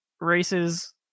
races